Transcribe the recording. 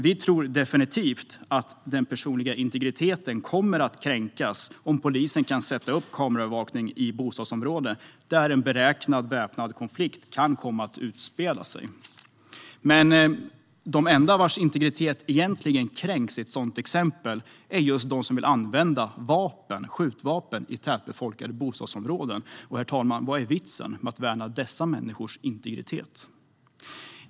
Vi tror definitivt att den personliga integriteten kommer att kränkas om polisen kan sätta upp övervakningskameror i bostadsområden där en beräknad väpnad konflikt kan komma att utspela sig. Men de enda vars integritet egentligen kränks i ett sådant exempel är just de som vill använda skjutvapen i tätbefolkade bostadsområden - och, herr talman, vad är vitsen med att värna dessa människors integritet?